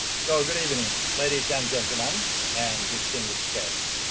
so good evening ladies and gentlemen and distinguished guests.